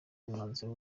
umwanzuro